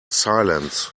silence